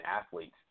athletes